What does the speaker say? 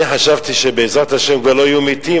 אני חשבתי שבעזרת השם כבר לא יהיו מתים,